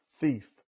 thief